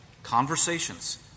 conversations